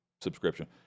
subscription